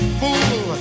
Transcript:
fool